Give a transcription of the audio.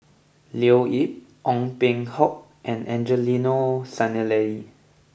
Leo Yip Ong Peng Hock and Angelo Sanelli